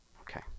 Okay